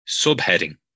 subheading